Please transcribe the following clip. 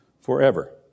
forever